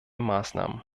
maßnahmen